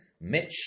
Mitch